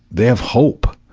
they have hope.